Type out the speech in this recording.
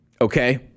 Okay